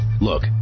Look